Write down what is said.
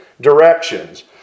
directions